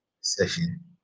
session